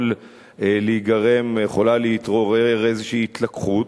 להיגרם ויכולה להתעורר איזו התלקחות,